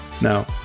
Now